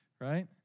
right